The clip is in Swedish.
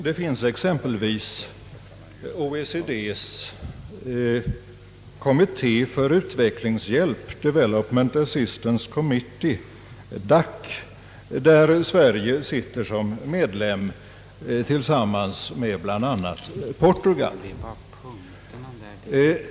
Det finns exempelvis OECD:s kommitté för utvecklings hjälp — Development Assistance Committee, DAC — där Sverige sitter som medlem tillsammans med bl.a. Portugal.